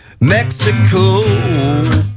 Mexico